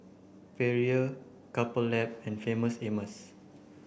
Perrier Couple Lab and Famous Amos